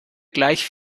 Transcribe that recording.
gleich